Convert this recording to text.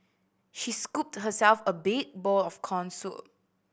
she scooped herself a big bowl of corn soup